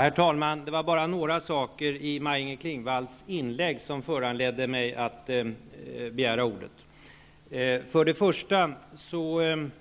Herr talman! Några saker i Maj-Inger Klingvalls inlägg föranledde mig att begära ordet. Först och främst